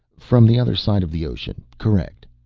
from the other side of the ocean, correct.